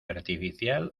artificial